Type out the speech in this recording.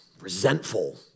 resentful